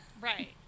right